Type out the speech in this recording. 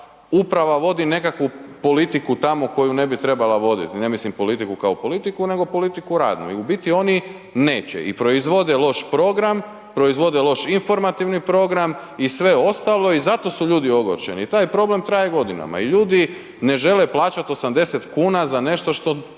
uprava vodi nekakvu politiku tamo koju ne bi trebala voditi, ne mislim politiku kao politiku nego politiku radnu. I u biti oni neće i proizvode loš program, proizvode loš informativni program i sve ostalo i zato su ljudi ogorčeni i taj problem traje godinama. I ljudi ne žele plaćat 80 kuna za nešto što